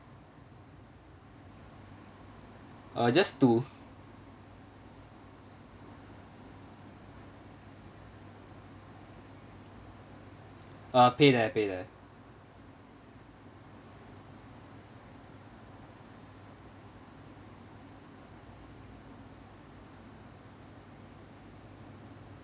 uh just two uh pay there pay there